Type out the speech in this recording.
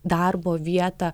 darbo vietą